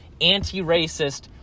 anti-racist